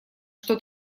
что